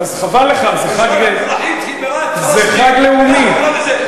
חבל לך, זה חג לאומי.